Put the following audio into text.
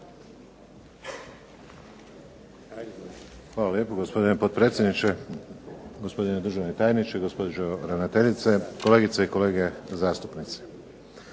Hvala lijepo gospodine potpredsjedniče, gospodine državni tajniče, gospođo ravnateljice, kolegice i kolege zastupnici.